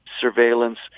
surveillance